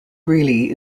greely